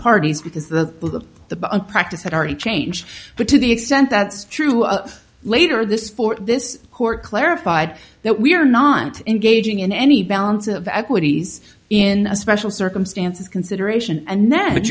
parties because the the unpracticed had already changed but to the extent that's true later this for this court clarified that we are not engaging in any balance of equities in special circumstances consideration and th